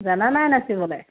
জানা নাই নাচবলৈ